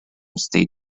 state